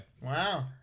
wow